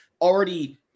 already